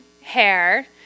hair